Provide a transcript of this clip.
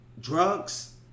drugs